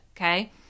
Okay